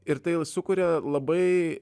ir tai jau sukuria labai